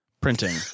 printing